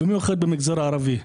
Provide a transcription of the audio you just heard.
במיוחד במגזר הערבי.